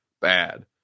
bad